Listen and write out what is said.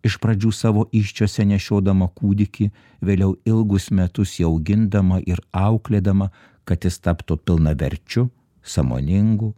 iš pradžių savo įsčiose nešiodama kūdikį vėliau ilgus metus jį augindama ir auklėdama kad jis taptų pilnaverčiu sąmoningu